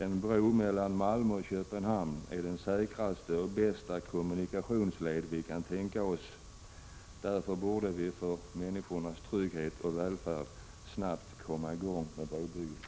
En bro mellan Malmö och Köpenhamn är den säkraste och bästa kommunikationsled vi kan tänka oss. Därför borde vi för människornas trygghet och välfärd snabbt komma i gång med brobygget.